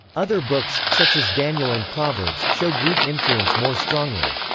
other books, such as daniel and proverbs, show greek influence more strongly.